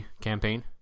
campaign